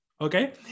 okay